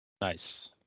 Nice